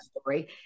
story